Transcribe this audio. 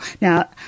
Now